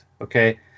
okay